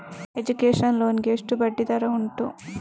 Education loan ಗೆ ಎಷ್ಟು ಬಡ್ಡಿ ದರ ಉಂಟು?